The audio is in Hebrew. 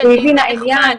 זה נחמד.